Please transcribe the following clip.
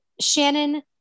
Shannon